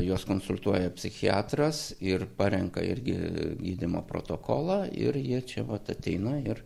juos konsultuoja psichiatras ir parenka irgi gydymo protokolą ir jie čia vat ateina ir